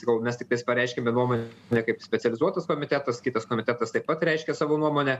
sakau mes tiktais pareiškėme nuomonę ne kaip specializuotas komitetas kitas komitetas taip pat reiškia savo nuomonę